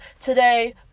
today